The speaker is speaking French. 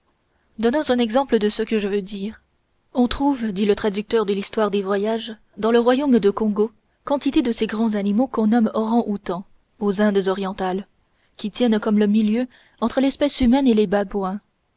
donnons un exemple de ce que je veux dire on trouve dit le traducteur de l'histoire des voyages dans le royaume de congo quantité de ces grands animaux qu'on nomme orang-outang aux indes orientales qui tiennent comme le milieu entre l'espèce humaine et les babouins